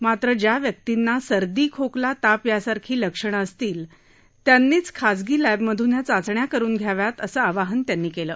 मात्र ज्या व्यर्तींना सर्दी खोकला ताप यासारखी लक्षणं असतील त्यांनीच खासगी लॅबमधून या चाचण्या करून घ्यावात असे आवाहन त्यांनी केले